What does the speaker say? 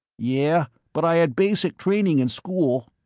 yeah, but i had basic training in school.